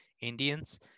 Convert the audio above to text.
Indians